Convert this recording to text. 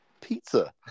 pizza